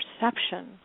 perception